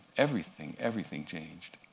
everything, everything changed.